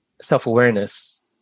self-awareness